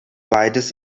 beides